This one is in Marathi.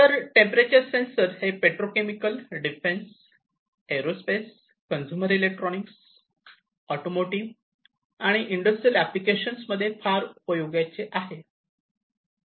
तर टेम्परेचर सेन्सर हे petrochemical Petrochemical defence aerospace consumer electronics automotive आणि इतर इंडस्ट्रियल ऍप्लिकेशन्स मध्ये फार उपयोगाचे आहे